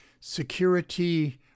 security